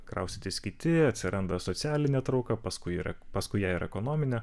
kraustytis kiti atsiranda socialinė trauka paskui yra paskui ją ir ekonominė